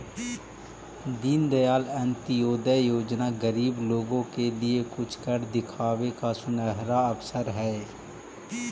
दीनदयाल अंत्योदय योजना गरीब लोगों के लिए कुछ कर दिखावे का सुनहरा अवसर हई